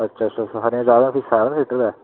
अच्छा अच्छी भी सारें सीटें दा